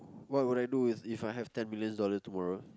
well would I do If I have ten million dollars tomorrow